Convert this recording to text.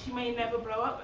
she may never blow up,